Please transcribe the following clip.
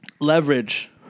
leverage